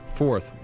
Fourth